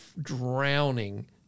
drowning